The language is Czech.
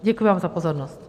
Děkuji vám za pozornost.